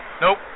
Nope